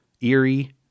eerie